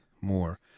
more